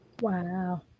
Wow